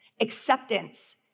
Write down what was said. Acceptance